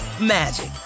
magic